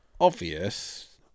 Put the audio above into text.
obvious